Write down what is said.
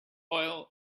oil